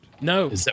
No